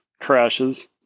crashes